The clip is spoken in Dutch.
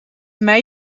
mij